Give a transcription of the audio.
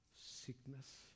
sickness